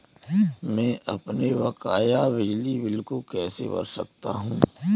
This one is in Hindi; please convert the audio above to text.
मैं अपने बकाया बिजली बिल को कैसे भर सकता हूँ?